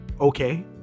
okay